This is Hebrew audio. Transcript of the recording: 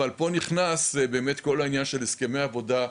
אבל פה נכנס באמת כל העניין של הסכמי עבודה,